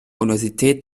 universität